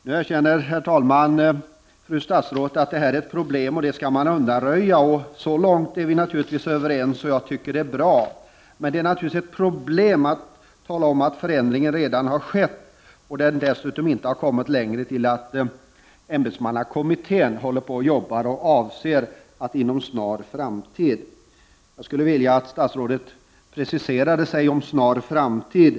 Nu erkänner, herr talman, fru statsrådet att detta är ett problem och säger att det skall undanröjas. Så långt är vi naturligtvis överens, och jag tycker att det är bra. Men det är naturligtvis ett problem att man säger att förändringen redan har skett och att handläggningen inte kommit längre än till att ämbetsmannakommittén arbetar med saken och att man avser att inom en snar framtid genomföra en författningsändring. Jag skulle vilja att statsrådet preciserade vad som här menas med ”en snar framtid”.